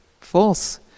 False